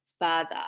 further